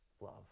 love